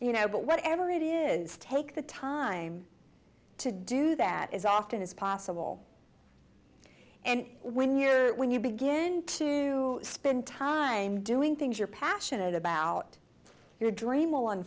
you know but whatever it is take the time to do that as often as possible and when you're when you begin to spend time doing things you're passionate about your dream